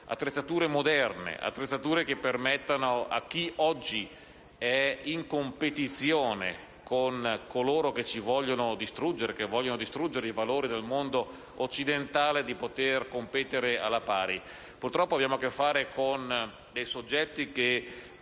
attrezzature moderne, che permettano a chi oggi è in competizione con coloro che ci vogliono distruggere e che vogliono distruggere i valori del mondo occidentale di poter competere alla pari. Purtroppo abbiamo a che fare con dei soggetti che